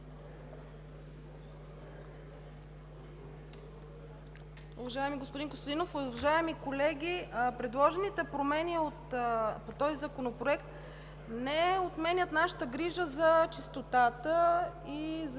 Уважаеми господин Костадинов, уважаеми колеги! Предложените промени по този законопроект не отменят нашата грижа за чистота и за